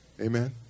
Amen